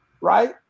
Right